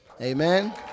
Amen